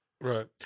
right